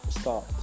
start